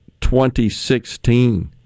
2016